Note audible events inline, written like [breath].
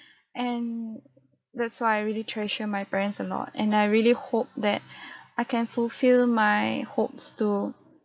and that's why I really treasure my parents a lot and I really hope that [breath] I can fulfil my hopes to